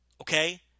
Okay